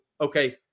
okay